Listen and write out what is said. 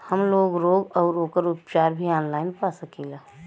हमलोग रोग अउर ओकर उपचार भी ऑनलाइन पा सकीला?